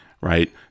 Right